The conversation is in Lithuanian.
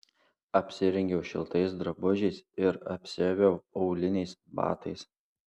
apsirengiau šiltais drabužiais ir apsiaviau auliniais batais